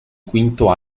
quinto